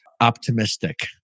optimistic